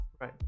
Right